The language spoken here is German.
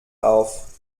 auf